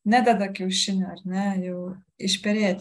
nededa kiaušinių ar ne jau išperėt